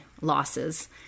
losses